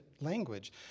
language